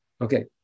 Okay